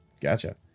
Gotcha